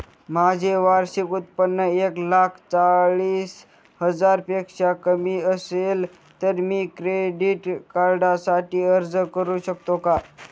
माझे वार्षिक उत्त्पन्न एक लाख चाळीस हजार पेक्षा कमी असेल तर मी क्रेडिट कार्डसाठी अर्ज करु शकतो का?